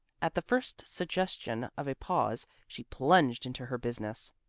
at the first suggestion of a pause she plunged into her business.